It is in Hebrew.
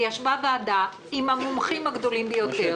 וישבה ועדה עם המומחים הגדולים ביותר,